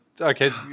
Okay